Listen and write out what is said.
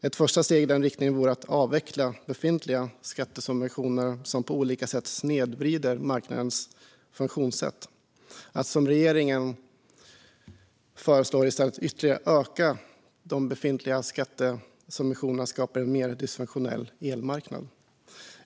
Ett första steg i den riktningen vore att avveckla befintliga skattesubventioner som på olika sätt snedvrider marknadens funktionssätt. Att som regeringen föreslår i stället ytterligare öka de befintliga skattesubventionerna skapar en mer dysfunktionell elmarknad.